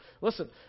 listen